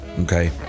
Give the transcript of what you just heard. okay